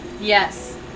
Yes